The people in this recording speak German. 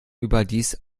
überdies